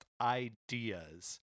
ideas